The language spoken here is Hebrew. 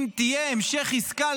אם יהיה המשך עסקה,